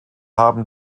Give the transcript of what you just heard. haben